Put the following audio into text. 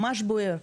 ממש בוער,